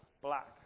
black